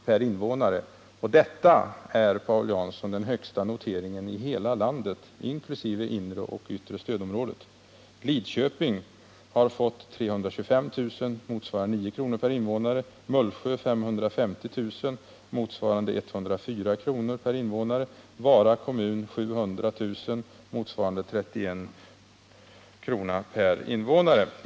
per invånare. Detta är, Paul Jansson, den högsta noteringen i hela landet inkl. inre och yttre stödområdena! Lidköping har fått 325 000 kr., motsvarande 9 kr. per invånare, Mullsjö har fått 550 000 kr., motsvarande 104 kr. per invånare och Vara kommun 700 000 kr., motsvarande 31 kr. per invånare.